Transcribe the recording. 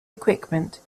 equipment